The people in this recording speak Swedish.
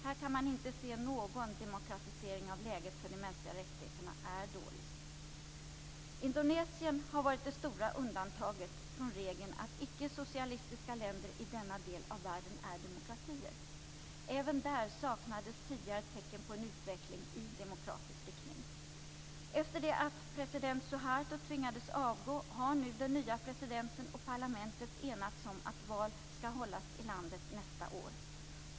Här kan man inte se någon demokratisering, och läget för de mänskliga rättigheterna är dåligt. Indonesien har varit det stora undantaget från regeln att icke-socialistiska länder i denna del av världen är demokratier. Även där saknades tidigare tecken på en utveckling i demokratisk riktning. Efter det att president Suharto tvingades avgå har nu den nya presidenten och parlamentet enats om att val skall hållas i landet nästa år.